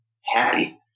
happy